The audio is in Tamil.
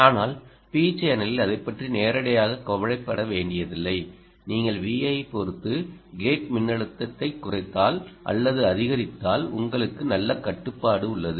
ஆனால் p சேனலில் அதைப் பற்றி நேரடியாக கவலைப்பட வேண்டியதில்லை நீங்கள் Vi ஐப் பொறுத்து கேட் மின்னழுத்தத்தை குறைத்தால் அல்லது அதிகரித்தால் உங்களுக்கு நல்ல கட்டுப்பாடு உள்ளது